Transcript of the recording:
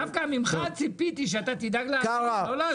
קארה, דווקא ממך ציפיתי לדאוג לעניים, לא לעשירים